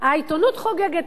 העיתונות חוגגת,